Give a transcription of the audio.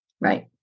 right